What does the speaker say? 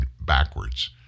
backwards